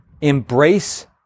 Embrace